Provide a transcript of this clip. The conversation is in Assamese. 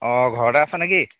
অ ঘৰতে আছানে কি